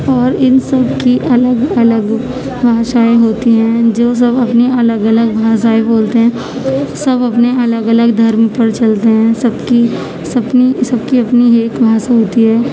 اور ان سب کی الگ الگ بھاشائیں ہوتی ہیں جو سب اپنی الگ الگ بھاشائیں بولتے ہیں سب اپنے الگ الگ دھرم پر چلتے ہیں سب کی اپنی سب کی اپنی ایک بھاشا ہوتی ہے